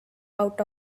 out